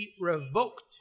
revoked